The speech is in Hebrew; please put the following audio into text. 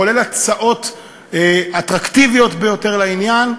כולל הצעות אטרקטיביות ביותר לעניין.